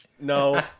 no